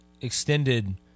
extended